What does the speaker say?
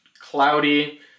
cloudy